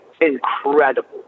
incredible